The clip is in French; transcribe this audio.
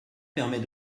permet